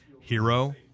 hero